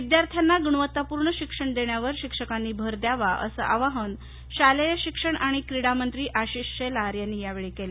विद्यार्थ्यांना गुणवत्तापूर्ण शिक्षण देण्यावर शिक्षकांनी भर द्यावा असं आवाहन शालेय शिक्षण आणि क्रीडा मंत्री आशिष शेलार यांनी यावेळी केलं